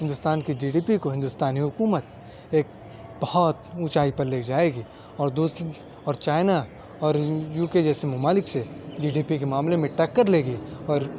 ہندوستان کی G D P کو ہندوستانی حکومت ایک بہت اونچائی پر لے جائے گی اور دوسری اور چائنا اور یو کے جیسے ممالک سے جی ڈی پی کے معاملے میں ٹکر لے گی اور